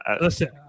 Listen